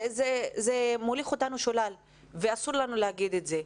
זה מוליך אותנו שולל ואסור לנו להגיד את זה.